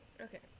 Okay